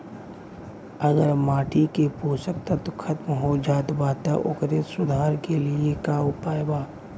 अगर माटी के पोषक तत्व खत्म हो जात बा त ओकरे सुधार के लिए का उपाय बा?